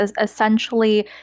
Essentially